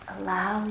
Allow